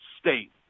State